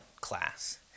class